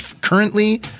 currently